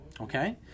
okay